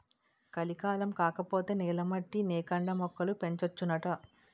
కలికాలం కాకపోతే నేల మట్టి నేకండా మొక్కలు పెంచొచ్చునాట